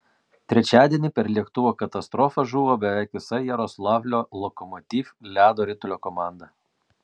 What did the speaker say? trečiadienį per lėktuvo katastrofą žuvo beveik visa jaroslavlio lokomotiv ledo ritulio komanda